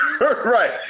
right